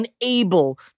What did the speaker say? unable